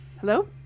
hello